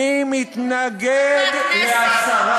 אני מתנגד להסרה מיידית,